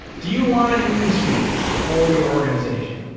do you want a newsfeed for your organization?